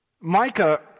Micah